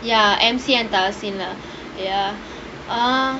ya M_C and thasi ya